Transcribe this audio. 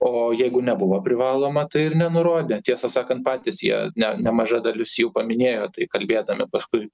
o jeigu nebuvo privaloma tai ir nenurodė tiesą sakant patys jie ne nemaža dalis jų paminėjo tai kalbėdami paskui